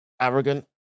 arrogant